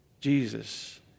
Jesus